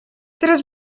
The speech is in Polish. teraz